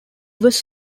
was